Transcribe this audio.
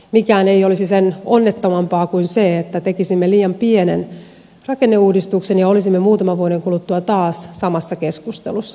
mikään ei olisi sen onnettomampaa kuin se että tekisimme liian pienen rakenneuudistuksen ja olisimme muutaman vuoden kuluttua taas samassa keskustelussa